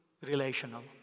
relational